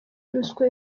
ruswa